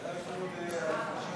דבר יותר לאט.